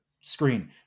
screen